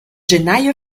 gennaio